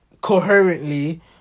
coherently